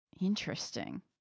Interesting